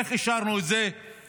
איך אישרנו את זה בממשלה.